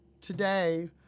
today